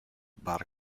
bar